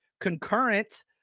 concurrent